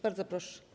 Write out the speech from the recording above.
Bardzo proszę.